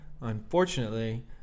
unfortunately